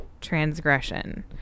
transgression